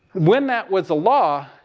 when that was a law,